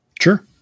Sure